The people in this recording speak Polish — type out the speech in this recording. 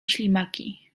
ślimaki